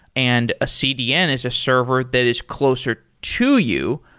and a cdn is a server that is closer to you.